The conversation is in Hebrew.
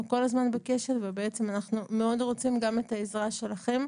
כל הזמן בקשר ואנחנו מאוד רוצים את העזרה שלכם,